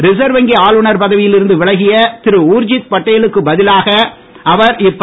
reserve வங்கி ஆளுநர் பதவியில் இருந்து விலகிய இப்பதவிக்கு ஊர்ஜித் பட்டேலுக்கு பதிலாக அவர் திரு